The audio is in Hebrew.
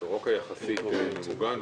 סורוקה יחסית מוגן.